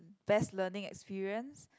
best learning experience